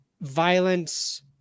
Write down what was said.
violence